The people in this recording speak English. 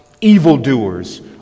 evildoers